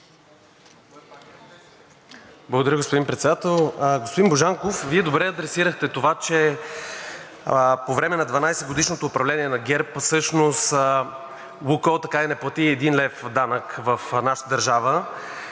Благодаря, господин Председател. Господин Божанков, Вие добре адресирахте това, че по време на 12-годишното управление на ГЕРБ всъщност „Лукойл“ така и не плати един лев данък в нашата държава,